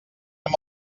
amb